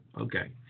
Okay